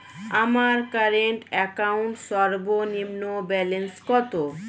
আমার current account সর্বনিম্ন balance কত?